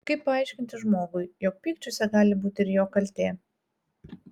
kaip paaiškinti žmogui jog pykčiuose gali būti ir jo kaltė